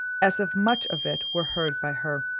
as if much of it were heard by her.